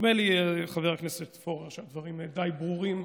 נדמה לי, חבר הכנסת פורר, שהדברים די ברורים,